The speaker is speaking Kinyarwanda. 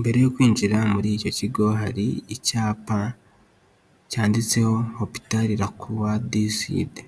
mbere yo kwinjira muri icyo kigo, hari icyapa cyanditseho, opitari rakuruwa diside.